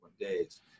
days